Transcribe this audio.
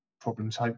problems